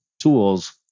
tools